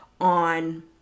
on